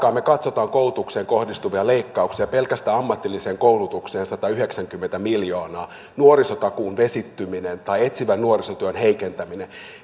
aikaan me katsomme koulutukseen kohdistuvia leikkauksia pelkästään ammatilliseen koulutukseen satayhdeksänkymmentä miljoonaa nuorisotakuun vesittyminen tai etsivän nuorisotyön heikentäminen